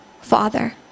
Father